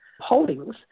holdings